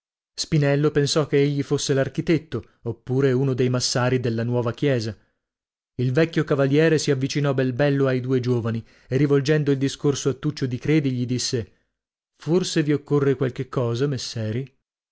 spinello pensò che egli fosse l'architetto oppure uno dei massari della nuova chiesa il vecchio cavaliere si avvicinò bel bello ai due giovani e rivolgendo il discorso a tuccio di credi gli disse forse vi occorre qualche cosa messeri